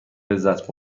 لذت